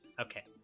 Okay